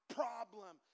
problem